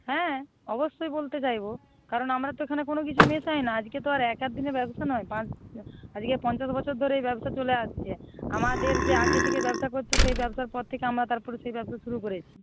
হ্যাঁ অবশ্যই বলতে চাইবো কারণ আমরা তো এখানে কোনো কিছু মেশাই না আজকে তো আর এক আধ দিনের ব্যবসা নয় আজকে পঞ্চাশ বছর ধরে এই ব্যবসা চলে আসছে আমাদের যে আগে থেকে ব্যবসা করতো সেই ব্যবসার পর থেকে আমরা তারপরে সেই ব্যবসা শুরু করেছি